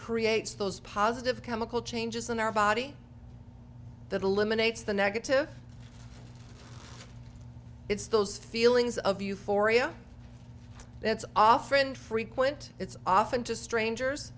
creates those positive chemical changes in our body that eliminates the negative it's those feelings of euphoria that's often frequent it's often to strangers